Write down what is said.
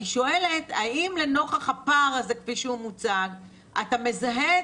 אני שואלת האם לנוכח הפער הזה כפי שהוא מוצג אתה מזהה את